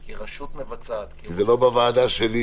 כי רשות מבצעת --- כי זה לא בא בוועדה שלי.